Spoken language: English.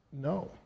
No